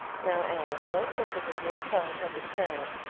now, anne, don't look as if you were trying to understand.